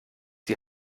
die